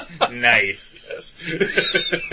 Nice